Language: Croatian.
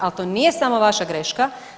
Ali, to nije samo vaša greška.